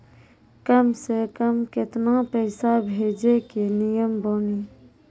कम से कम केतना पैसा भेजै के नियम बानी?